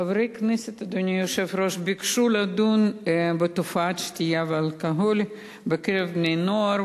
חברי הכנסת ביקשו לדון בתופעת שתיית האלכוהול בקרב בני-הנוער,